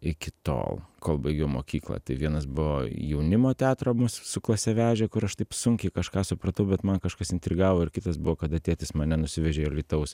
iki tol kol baigiau mokyklą tai vienas buvo jaunimo teatro mus su klase vežė kur aš taip sunkiai kažką supratau bet man kažkas intrigavo ir kitas buvo kada tėtis mane nusivežė į alytaus